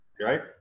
right